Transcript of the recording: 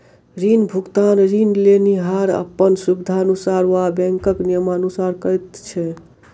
ऋण भुगतान ऋण लेनिहार अपन सुबिधानुसार वा बैंकक नियमानुसार करैत छै